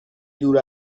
دور